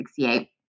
1968